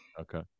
Okay